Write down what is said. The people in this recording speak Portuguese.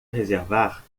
reservar